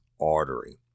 artery